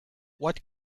what